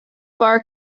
bar